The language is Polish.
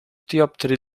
dioptrii